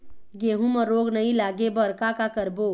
गेहूं म रोग नई लागे बर का का करबो?